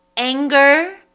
Anger